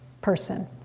person